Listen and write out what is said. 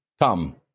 come